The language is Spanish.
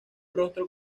rostro